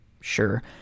sure